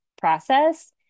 process